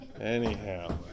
Anyhow